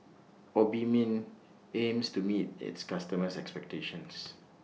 Obimin aims to meet its customers' expectations